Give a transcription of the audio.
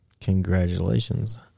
Congratulations